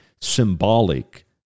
symbolic